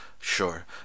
sure